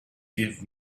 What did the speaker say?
give